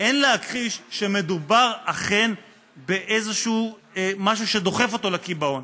אין להכחיש שמדובר באיזה משהו שדוחף אותו לקיבעון.